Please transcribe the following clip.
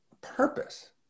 Purpose